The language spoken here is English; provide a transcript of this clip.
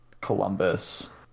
Columbus